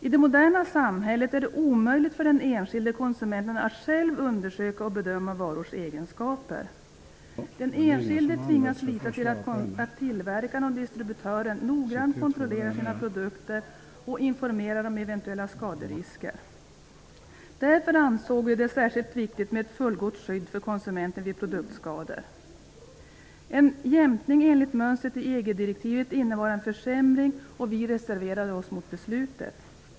I det moderna samhället är det omöjligt för den enskilde konsumenten att själv undersöka och bedöma varors egenskaper. Den enskilde tvingas att lita på att tillverkaren och distributören noggrant kontrollerar sina produkter och informerar om eventuella skaderisker. Därför ansåg vi det särskilt viktigt med ett fullgott skydd för konsumenten vid produktskador. En jämkning enligt mönstret i EG-direktivet innebar en försämring, och vi reserverade oss mot det beslutet.